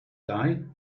die